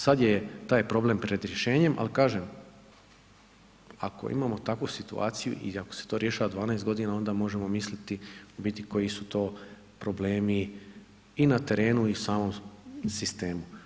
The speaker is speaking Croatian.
Sada je taj problem pred rješenjem, ali kažem, ako imamo takvu situaciju i ako se to rješava 12 godina onda možemo misliti u biti koji su to problemi i na terenu i samom sistemu.